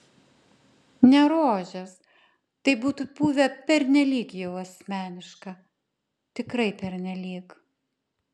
ne rožės tai būtų buvę pernelyg jau asmeniška tikrai pernelyg